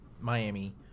Miami